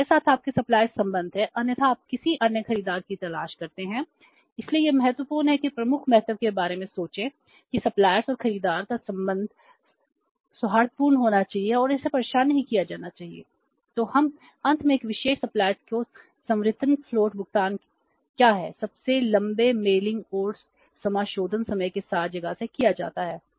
हमारे साथ आपके सप्लायर्स को संवितरण फ्लोट भुगतान क्या है सबसे लंबे मेलिंग और समाशोधन समय के साथ जगह से किया जाता है